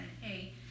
Hey